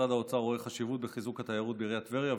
משרד האוצר רואה חשיבות בחיזוק התיירות בעיריית טבריה,